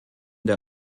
der